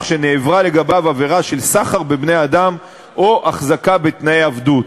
שנעברה לגביו עבירה של סחר בבני-אדם או החזקה בתנאי עבדות.